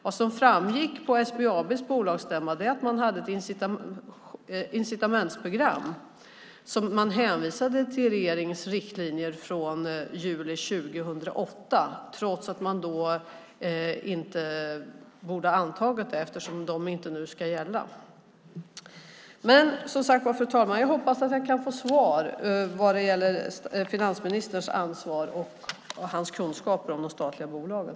Vad som framgick på SBAB:s bolagsstämma var att man hade ett incitamentsprogram där man hänvisade till regeringens riktlinjer från juli 2008, trots att man då inte borde ha antagit det eftersom de riktlinjerna inte ska gälla längre. Fru talman! Jag hoppas som sagt var på att jag kan få svar om finansministerns ansvar och hans kunskaper om de statliga bolagen.